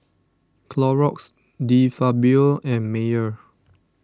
Clorox De Fabio and Mayer